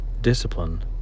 discipline